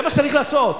זה מה שצריך לעשות,